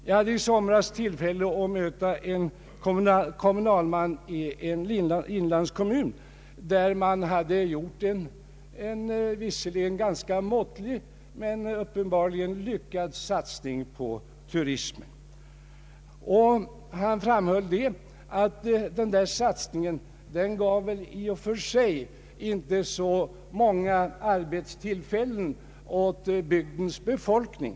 Jag hade i somras tillfälle att möta en kommunalman i en inlandskommun, där man hade gjort en visserligen ganska måttlig men uppenbarligen lyckad satsning på turismen. Han framhöll att den satsningen inte i och för sig gav särskilt många arbetstillfällen åt bygdens befolkning.